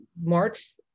March